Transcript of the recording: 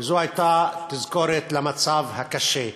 וזו הייתה תזכורת למצב הקשה.